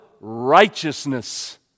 righteousness